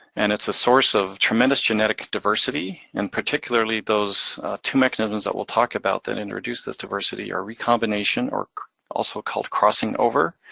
and it's a source of tremendous genetic diversity. and particularly those two mechanisms that we'll talk about that introduce this diversity are recombination, or also called crossing-over,